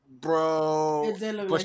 Bro